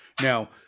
Now